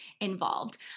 involved